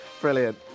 brilliant